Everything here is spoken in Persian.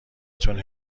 تون